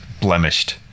blemished